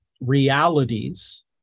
realities